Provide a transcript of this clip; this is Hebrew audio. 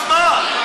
זאת?